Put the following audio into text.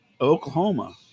Oklahoma